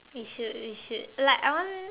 we should we should like I want